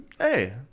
hey